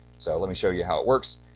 so let me show you how it works,